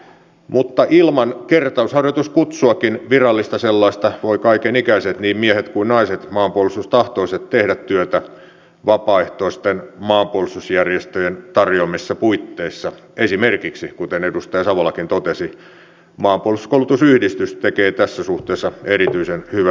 mutta ilman kertausharjoituskutsuakin virallista sellaista voivat kaikenikäiset maanpuolustustahtoiset niin miehet kuin naiset tehdä työtä vapaaehtoisten maanpuolustusjärjestöjen tarjoamissa puitteissa esimerkiksi kuten edustaja savolakin totesi maanpuolustuskoulutusyhdistys tekee tässä suhteessa erityisen hyvää työtä